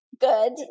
good